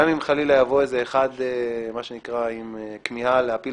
גם אם חלילה יבוא מישהו עם כמיהה להפיל